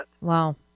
Wow